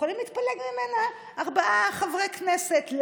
יכולים להתפלג ממנה ארבעה חברי כנסת.